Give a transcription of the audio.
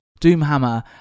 Doomhammer